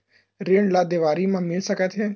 ऋण ला देवारी मा मिल सकत हे